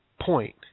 point